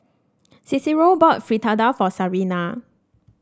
Cicero bought Fritada for Sarina